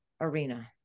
arena